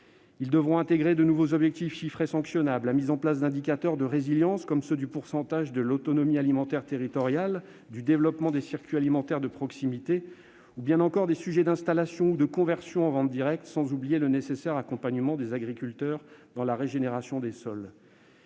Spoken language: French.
Ils devront intégrer de nouveaux objectifs chiffrés sanctionnables, la mise en place d'indicateurs de résilience, tels le pourcentage de l'autonomie alimentaire territoriale, le développement des circuits alimentaires de proximité, les installations ou les conversions en vente directe, sans oublier le nécessaire accompagnement des agriculteurs dans la régénération des sols.